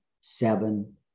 seven